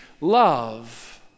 love